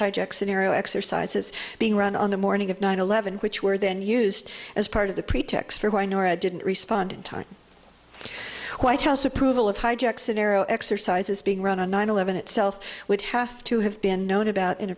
hijack scenario exercises being run on the morning of nine eleven which were then used as part of the pretext for why norad didn't respond in time white house approval of hijack scenario exercises being run on nine eleven itself would have to have been known about